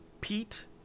Pete